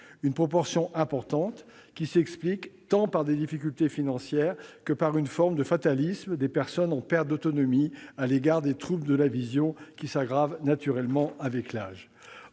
Cette proportion élevée s'explique tant par des difficultés financières que par une forme de fatalisme des personnes en perte d'autonomie à l'égard des troubles de la vision, lesquels s'aggravent naturellement avec l'âge.